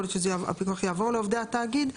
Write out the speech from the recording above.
יכול להיות שהפיקוח יעבור לעובדי התאגיד.